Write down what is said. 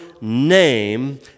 name